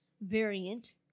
variant